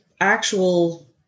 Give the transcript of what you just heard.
actual